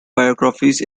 biographies